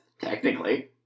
Technically